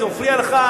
אם זה מפריע לך,